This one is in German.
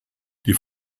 die